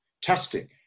testing